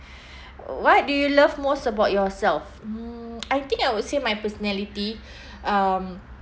wh~ what do you love most about yourself mm I think I would say my personality um